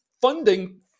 funding